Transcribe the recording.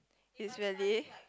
is really